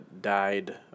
died